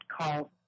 call